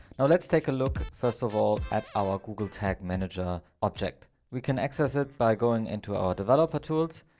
now let's take a look, first of all, at our google tag manager object. we can access it by going into our developer tools.